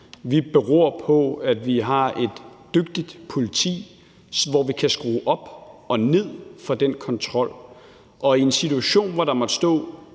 Det beror på, at vi har et dygtigt politi, og at vi kan skrue op og ned for den kontrol. I en situation, hvor der måtte stå